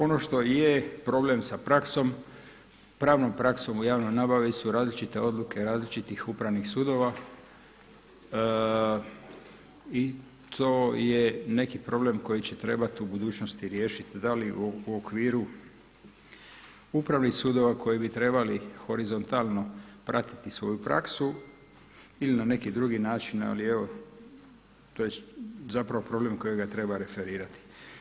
Ono što je problem sa praksom pravnom praksom u javnoj nabavi su različite odluke različitih upravnih sudova i to je neki problem koji će trebat u budućnosti riješiti, da li u okviru upravnih sudova koji bi trebali horizontalno pratiti svoju praksu ili na neki drugi način, ali evo to je zapravo problem kojeg treba referirati.